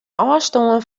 ôfstân